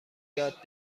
یاد